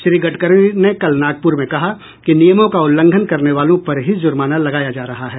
श्री गडकरी ने कल नागपुर में कहा कि नियमों का उल्लंघन करने वालों पर ही जुर्माना लगाया जा रहा है